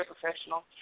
professional